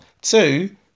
Two